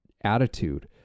attitude